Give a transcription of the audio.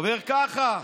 עובר ככה.